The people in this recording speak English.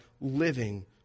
living